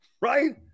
Right